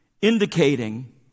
Indicating